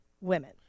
women